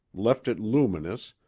left it luminous,